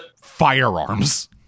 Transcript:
firearms